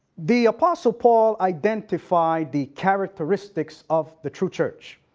the apostle paul identified the characteristics of the true church,